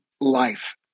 life